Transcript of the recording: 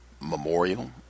memorial